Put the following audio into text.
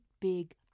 big